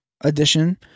edition